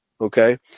okay